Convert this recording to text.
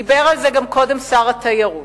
גם דיבר על זה קודם שר התיירות,